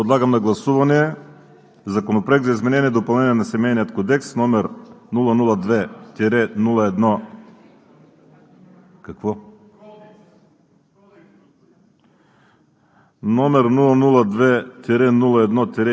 Не виждам желаещи. Закривам разискванията. Подлагам на гласуване Законопроект за изменение и допълнение на Семейния кодекс, № 002-01-41,